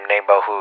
neighborhood